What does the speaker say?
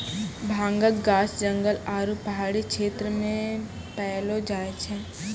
भांगक गाछ जंगल आरू पहाड़ी क्षेत्र मे पैलो जाय छै